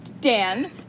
Dan